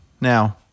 now